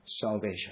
salvation